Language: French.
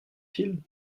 fil